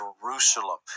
Jerusalem